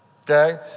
Okay